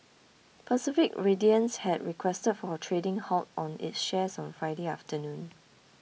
Pacific Radiance had requested for a trading halt on its shares on Friday afternoon